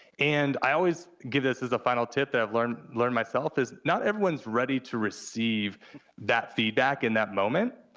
and i always give this as a final tip that i've learned learned myself is not everyone's ready to receive that feedback in that moment,